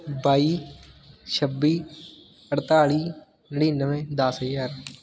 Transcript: ਬਾਈ ਛੱਬੀ ਅਠਤਾਲ਼ੀ ਨੜਿਨਵੇਂ ਦਸ ਹਜ਼ਾਰ